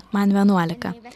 man vienuolika